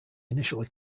initially